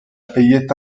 payait